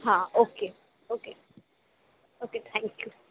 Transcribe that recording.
ہاں okay okay okay thank you